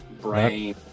brain